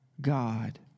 God